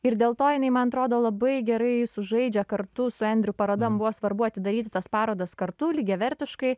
ir dėl to jinai man atrodo labai gerai sužaidžia kartu su andrew paroda mum buvo svarbu atidaryti tas parodas kartu lygiavertiškai